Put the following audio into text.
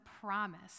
promise